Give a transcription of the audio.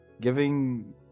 Giving